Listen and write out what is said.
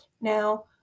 now